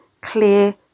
clear